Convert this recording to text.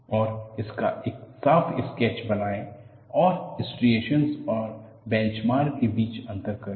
और इसका एक साफ स्केच बनाएं और स्ट्रिएशनस और बेंचमार्क के बीच अंतर करें